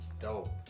dope